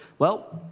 well,